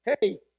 Hey